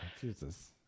Jesus